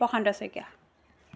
Prashanta Saikia